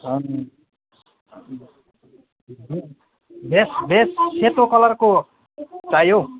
अनि vest vest सेतो कलरको चाहियो